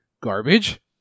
Garbage